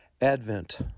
ADVENT